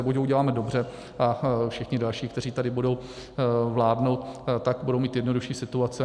Buď ho uděláme dobře a všichni další, kteří tady budou vládnout, tak budou mít jednodušší situaci.